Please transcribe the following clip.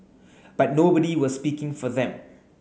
but nobody was speaking for them